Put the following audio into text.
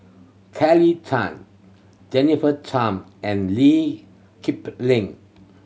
Kelly Tang Jennifer Tham and Lee Kip Lin